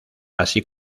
así